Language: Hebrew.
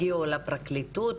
הגיעו לפרקליטות.